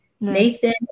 Nathan